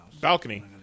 balcony